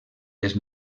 les